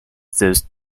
these